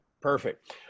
Perfect